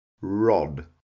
rod